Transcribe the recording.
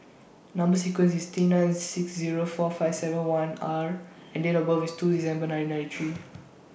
Number sequence IS T nine six Zero four five seven one R and Date of birth IS two December ninety ninety three